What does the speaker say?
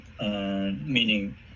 Meaning